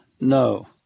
No